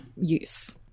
use